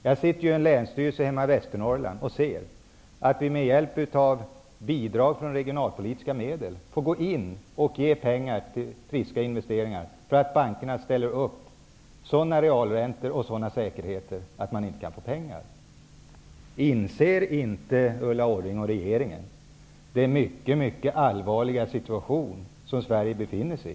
Jag sitter i Länsstyrelsen hemma i Västernorrland och ser att vi med hjälp av bidrag från regionalpolitiska medel får gå in och ge pengar till friska investeringar, eftersom bankerna kräver sådana realräntor och sådana säkerheter att företagen inte kan skaffa pengar den vägen. Inser inte Ulla Orring och regeringen den mycket mycket allvarliga situation som Sverige befinner sig i?